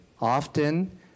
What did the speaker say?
often